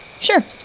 Sure